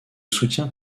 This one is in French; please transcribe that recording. soutien